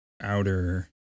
outer